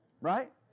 Right